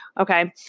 Okay